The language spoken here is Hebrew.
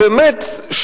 באמת מתון,